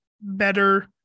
better